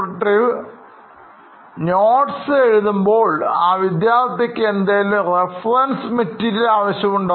Suprativ Notes എഴുതുമ്പോൾ ആ വിദ്യാർഥിക്ക് എന്തെങ്കിലും റഫറൻസ് മെറ്റീരിയൽ ആവശ്യമുണ്ടോ